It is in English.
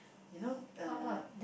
you know uh